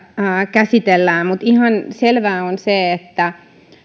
käsitellään mutta ihan selvää on se että